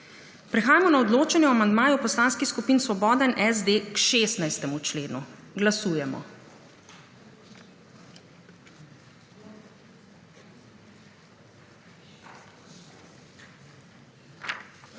Prehajamo na odločanje o amandmaju Poslanskih skupin Svoboda in SD k 16. členu. Glasujemo.